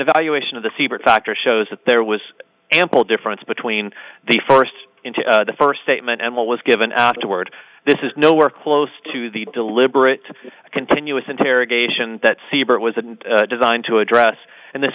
evaluation of the siebert factor shows that there was ample difference between the first into the first statement and what was given afterwards this is nowhere close to the deliberate continuous interrogation that siebert was designed to address and this